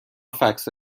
فکس